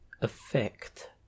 effect